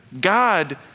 God